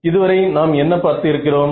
இதுவரை நாம் என்ன பார்த்து இருக்கிறோம்